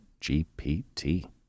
GPT